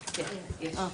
לכולם.